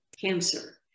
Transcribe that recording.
cancer